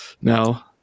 now